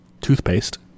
toothpaste